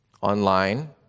online